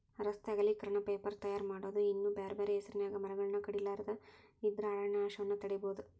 ರಸ್ತೆ ಅಗಲೇಕರಣ, ಪೇಪರ್ ತಯಾರ್ ಮಾಡೋದು ಇನ್ನೂ ಬ್ಯಾರ್ಬ್ಯಾರೇ ಹೆಸರಿನ್ಯಾಗ ಮರಗಳನ್ನ ಕಡಿಲಾರದ ಇದ್ರ ಅರಣ್ಯನಾಶವನ್ನ ತಡೇಬೋದು